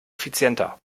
effizienter